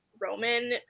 Roman